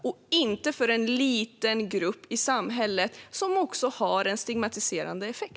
Man ska inte bara satsa på en liten grupp i samhället, vilket också har en stigmatiserande effekt.